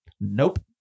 Nope